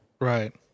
Right